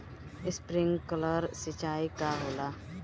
Sprinkler सिंचाई का होला?